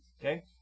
okay